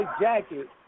jacket